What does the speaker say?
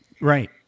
Right